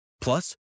Plus